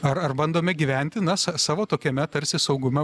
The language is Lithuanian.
ar ar bandome gyventi na sa savo tokiame tarsi saugume